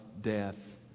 death